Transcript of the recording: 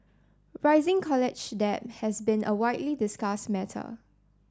rising college debt has been a widely discussed matter